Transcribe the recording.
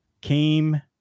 came